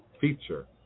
feature